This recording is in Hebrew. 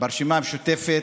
ברשימה המשותפת,